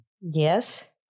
Yes